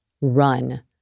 run